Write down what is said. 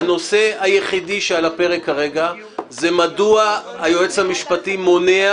הנושא היחידי שעל הפרק כרגע הוא מדוע היועץ המשפטי מונע